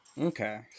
Okay